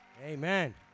Amen